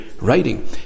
writing